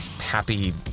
happy